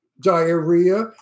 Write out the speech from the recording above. diarrhea